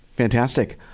Fantastic